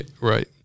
Right